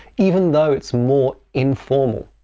even though it's more informal.